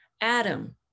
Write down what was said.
Adam